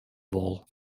wol